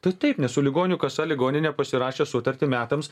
tu taip nes su ligonių kasa ligoninė pasirašė sutartį metams